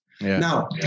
Now